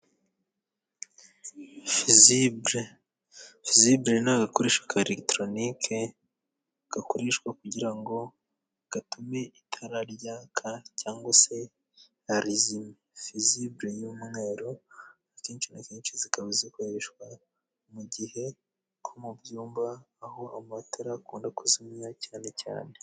fizibure, fizibure ni agakoresha ka eregitoronike, gakoreshwa kugira ngo gatume itara ryaka cyangwa se barizimye. Fizibure y'umweru akenshi na kenshi zikaba zikoreshwa mu gihe ko mu byumba, aho amatara akunda kuzimya cyane cyane.